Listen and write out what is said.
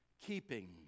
keeping